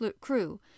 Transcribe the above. crew